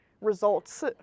results